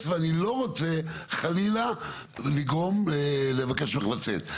ואני לא רוצה חלילה לגרום לבקש ממך לצאת,